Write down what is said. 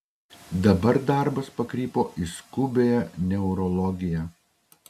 dabar darbas pakrypo į skubiąją neurologiją